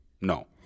no